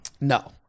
No